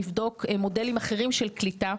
לבדוק מודלים אחרים של קליטה,